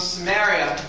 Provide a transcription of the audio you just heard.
Samaria